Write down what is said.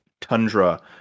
Tundra